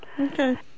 Okay